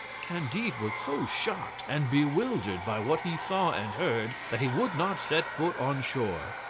candide was so shocked and bewildered by what he saw and heard, that he would not set foot on shore,